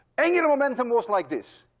angular momentum goes like this,